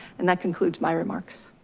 and that concludes my remarks.